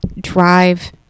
drive